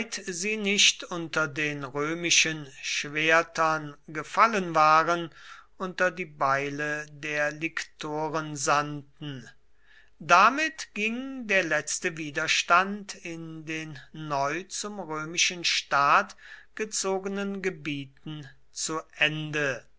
sie nicht unter den römischen schwertern gefallen waren unter die beile der liktoren sandten damit ging der letzte widerstand in den neu zum römischen staat gezogenen gebieten zu ende